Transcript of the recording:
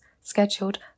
scheduled